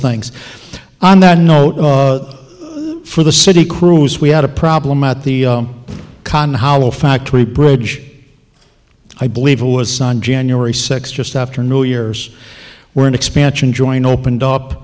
things on that note for the city crews we had a problem at the con hollow factory bridge i believe it was on january sixth just after new years where an expansion joint opened up